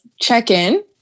check-in